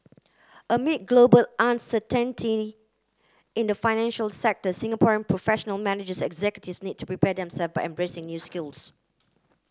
amid global uncertainty in the financial sector Singaporean professional managers executives need to prepare themself by embracing new skills